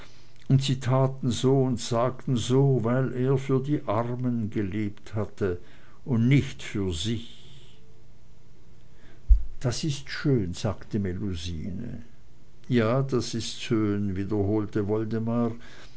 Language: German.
taten so und sagten so weil er für die armen gelebt hatte und nicht für sich das ist schön sagte melusine ja das ist schön wiederholte woldemar